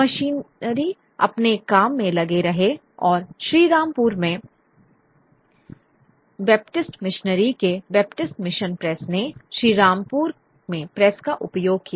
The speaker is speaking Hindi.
मिशनरी अपने काम में लगे रहे और श्रीरामपुर में बैपटिस्ट मिशनरी के बैपटिस्ट मिशन प्रेस ने श्रीरामपुर में प्रेस का उपयोग किया